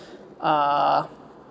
uh